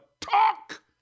talk